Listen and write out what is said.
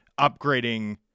upgrading